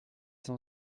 cent